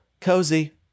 Cozy